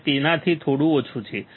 અને તેનાથી થોડું ઓછું છે